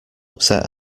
upset